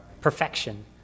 perfection